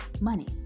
Money